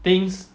things